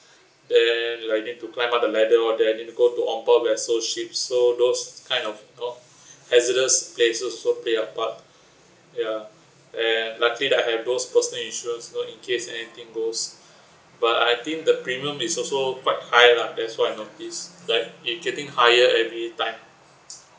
then like I need to climb up the ladder all that I need to go to on-board vessel ships so those kind of you know hazardous places also play a part ya and lucky that I've those personal insurance you know in case anything goes but I think the premium is also quite high lah that's why I notice like it's getting higher every time